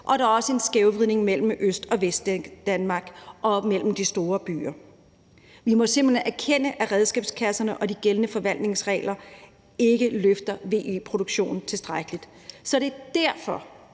og der er også en skævvridning mellem Øst- og Vestdanmark og mellem de store byer. Vi må simpelt hen erkende, at redskabskassen og de gældende forvaltningsregler ikke løfter VE-produktionen tilstrækkeligt. Så det er derfor,